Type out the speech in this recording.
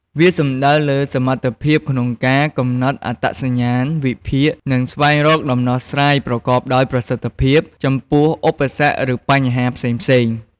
វាសំដៅលើសមត្ថភាពក្នុងការ កំណត់អត្តសញ្ញាណ វិភាគ និងស្វែងរកដំណោះស្រាយប្រកបដោយប្រសិទ្ធភាព ចំពោះឧបសគ្គ ឬបញ្ហាផ្សេងៗ។